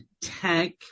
tech